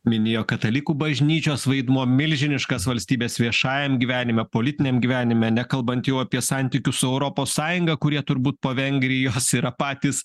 minėjo katalikų bažnyčios vaidmuo milžiniškas valstybės viešajam gyvenime politiniam gyvenime nekalbant jau apie santykius su europos sąjunga kurie turbūt po vengrijos yra patys